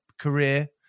career